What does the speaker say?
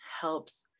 helps